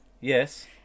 Yes